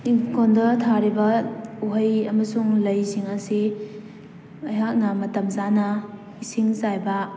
ꯏꯪꯈꯣꯜꯗ ꯊꯥꯔꯤꯕ ꯎꯍꯩ ꯑꯃꯁꯨꯡ ꯂꯩꯁꯤꯡ ꯑꯁꯤ ꯑꯩꯍꯥꯛꯅ ꯃꯇꯝ ꯆꯥꯅ ꯏꯁꯤꯡ ꯆꯥꯏꯕ